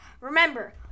Remember